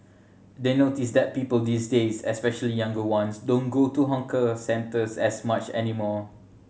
they notice that people these days especially younger ones don't go to hawker centres as much anymore